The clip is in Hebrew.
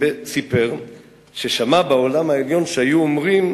סיפר ששמע בעולם העליון שהיו אומרים: